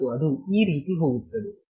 ಮತ್ತು ಅದು ಈ ರೀತಿ ಹೋಗುತ್ತದೆ